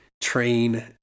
train